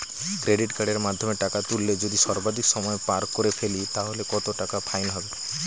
Credit কার্ডের মাধ্যমে টাকা তুললে যদি সর্বাধিক সময় পার করে ফেলি তাহলে কত টাকা ফাইন হবে?